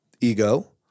ego